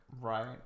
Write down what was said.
right